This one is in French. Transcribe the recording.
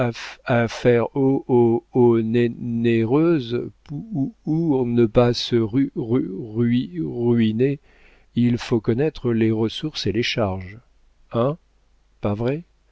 poour ne pas se ru ru rui ruiner il faut connaître les ressources et les charges hein pas vrai